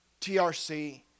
TRC